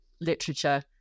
literature